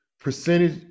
percentage